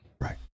Right